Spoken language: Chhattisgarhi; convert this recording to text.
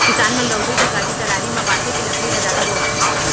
किसान मन लउठी, तुतारी, कलारी म बांसे के लकड़ी ल जादा बउरथे